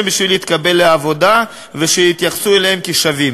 בשביל להתקבל לעבודה ושיתייחסו אליהם כשווים?